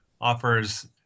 offers